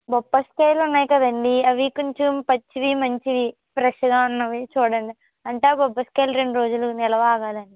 బొప్పాసు కాయలున్నాయి కదండీ అవి కొంచెం పచ్చివి మంచివి ఫ్రెష్గా ఉన్నవి చూడండి అంటే బొప్పాసు కాయలు రెండు రోజులు నిలవాగాలండి